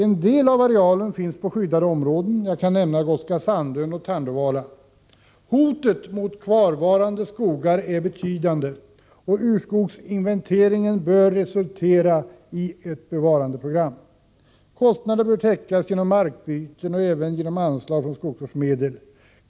En del av arealen finns på skyddade områden, exempelvis Gotska Sandön och Tandövala. Hotet mot kvarstående skogar är betydande, och urskogsinventeringen bör resultera i ett bevarandeprogram. Kostnaderna bör täckas genom markbyten och även genom anslag från skogsvårdsmedel.